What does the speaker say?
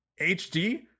HD